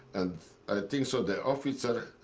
and and think so the officer,